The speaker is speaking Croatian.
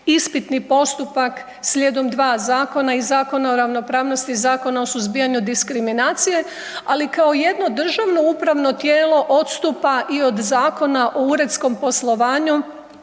ispitni postupak slijedom 2 zakona i Zakona o ravnopravnosti i Zakona o suzbijanju diskriminacije, ali kao jedno državno upravo tijelo odstupa i od Zakona o uredskom poslovanju